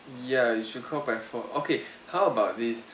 ya you should call by four okay how about this